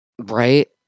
Right